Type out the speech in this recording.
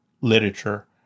literature